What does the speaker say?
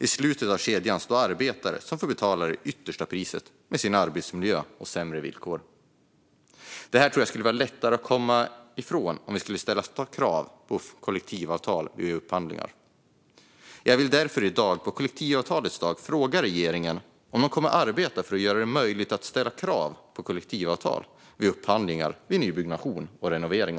I slutet av kedjan står arbetare som får betala det yttersta priset med sin arbetsmiljö och sämre villkor. Jag tror att detta skulle vara lättare att komma ifrån om vi skulle ställa krav på kollektivavtal vid upphandlingar. Jag vill därför i dag, på kollektivavtalets dag, fråga regeringen om man kommer att arbeta för att göra det möjligt att ställa krav på kollektivavtal vid upphandlingar vid nybyggnation och renovering.